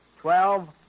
twelve